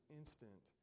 instant